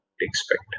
expect